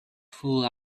fool